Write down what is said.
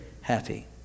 happy